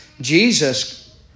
Jesus